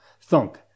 thunk